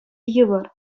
йывӑр